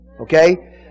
Okay